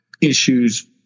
issues